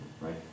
right